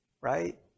right